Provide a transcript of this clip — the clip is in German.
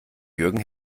jürgen